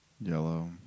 Yellow